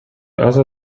other